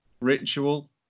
ritual